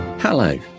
Hello